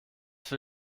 für